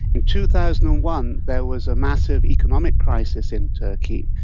in two thousand and one there was a massive economic crisis in turkey,